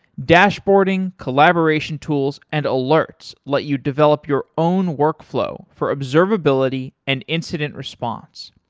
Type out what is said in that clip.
dashboarding, collaboration tools and alerts let you develop your own workflow for observability and incident response.